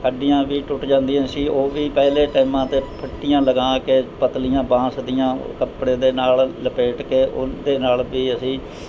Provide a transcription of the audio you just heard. ਹੱਡੀਆਂ ਵੀ ਟੁੱਟ ਜਾਂਦੀਆਂ ਸੀ ਉਹ ਵੀ ਪਹਿਲੇ ਟਾਈਮਾਂ ਤੇ ਫੱਟੀਆਂ ਲਗਾ ਕੇ ਪਤਲੀਆਂ ਬਾਂਸ ਦੀਆਂ ਕੱਪੜੇ ਦੇ ਨਾਲ਼ ਲਪੇਟ ਕੇ ਉਹਦੇ ਨਾਲ਼ ਵੀ ਅਸੀਂ